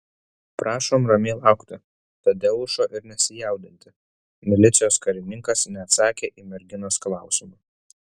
prašom ramiai laukti tadeušo ir nesijaudinti milicijos karininkas neatsakė į merginos klausimą